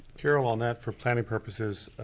carol on that for planning purposes,